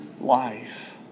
life